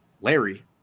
Larry